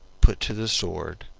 put to the sword,